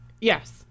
yes